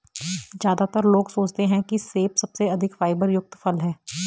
ज्यादातर लोग सोचते हैं कि सेब सबसे अधिक फाइबर युक्त फल है